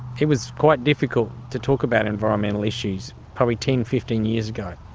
it was quite difficult to talk about environmental issues probably ten, fifteen years ago.